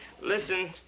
Listen